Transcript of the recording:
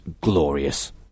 glorious